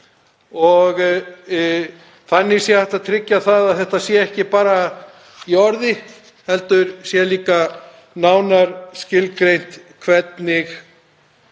og þannig sé hægt að tryggja að þetta sé ekki bara í orði heldur sé líka nánar skilgreint hvernig